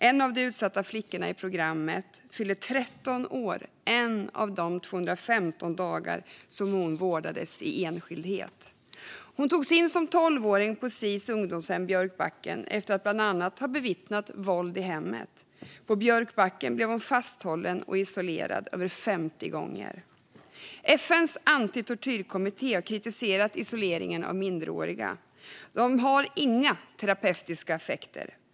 En av de utsatta flickorna i programmet fyllde 13 år en av de 215 dagar som hon vårdades i enskildhet. Hon togs in som tolvåring på Sis ungdomshem Björkbacken, efter att bland annat ha bevittnat våld i hemmet. På Björkbacken blev hon fasthållen och isolerad över 50 gånger. FN:s antitortyrkommitté har kritiserat isoleringen av minderåriga. Den har inga terapeutiska effekter.